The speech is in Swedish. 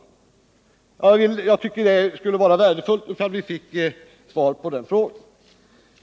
Det vore värdefullt om vi fick ett svar på den frågan.